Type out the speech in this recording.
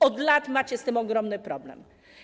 Od lat macie z tym ogromny problem.